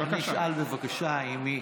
בבקשה.